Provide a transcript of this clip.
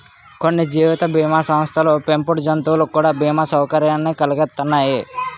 కొన్ని జీవిత బీమా సంస్థలు పెంపుడు జంతువులకు కూడా బీమా సౌకర్యాన్ని కలిగిత్తన్నాయి